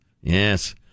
Yes